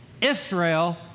Israel